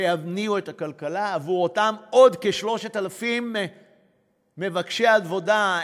ויניעו את הכלכלה עבור אותם עוד כ-3,000 מבקשי עבודה,